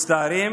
מצטערים,